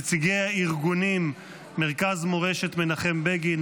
נציגי הארגונים מרכז מורשת מנחם בגין,